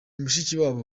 mushikiwabo